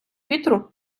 вітру